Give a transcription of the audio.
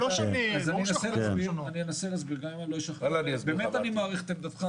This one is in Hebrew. אני מעריך את עמדתך,